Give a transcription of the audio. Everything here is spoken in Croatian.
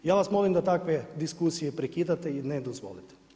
Ja vam molim da takve diskusije prekidate i ne dozvolite.